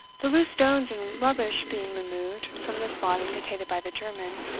the loose stones and rubbish being removed from the spot indicated by the german,